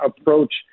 approach